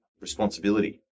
responsibility